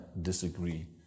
disagree